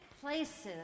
places